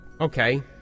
Okay